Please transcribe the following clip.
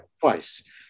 twice